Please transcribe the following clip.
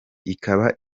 ikaba